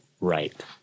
right